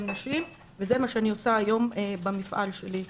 נשים וזה מה שאני עושה היום במפעל שלי.